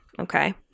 Okay